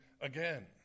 again